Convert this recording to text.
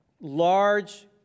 large